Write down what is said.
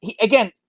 again